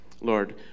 Lord